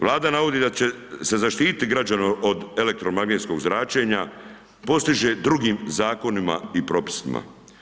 Vlada navodi da će se zaštiti građani od elektromagnetskog zračenja, postiže drugim zakonima i propisima.